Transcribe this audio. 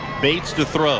bates to